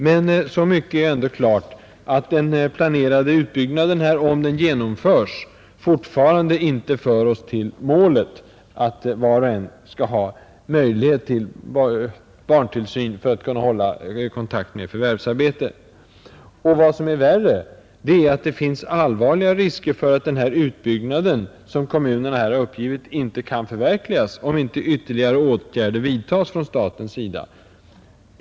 Men så mycket är ändå klart att den planerade utbyggnaden, om den genomförs, fortfarande inte för oss till målet: att var och en skall ha möjlighet till barntillsyn för att kunna hålla kontakt med förvärvsarbete. Vad som är värre är, att det finns allvarliga risker för att den utbyggnad som kommunerna har uppgivit inte kan förverkligas, om inte ytterligare åtgärder vidtas från statens sida.